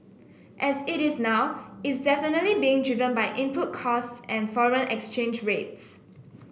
as it is now is definitely being driven by input costs and foreign exchange rates